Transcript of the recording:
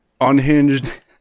Unhinged